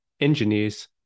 engineers